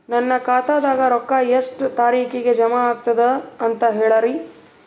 ನನ್ನ ಖಾತಾದಾಗ ರೊಕ್ಕ ಎಷ್ಟ ತಾರೀಖಿಗೆ ಜಮಾ ಆಗತದ ದ ಅಂತ ಹೇಳರಿ?